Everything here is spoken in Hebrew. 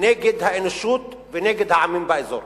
נגד האנושות ונגד העמים באזור.